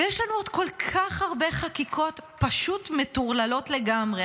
ויש לנו עוד כל כך הרבה חקיקות פשוט מטורללות לגמרי.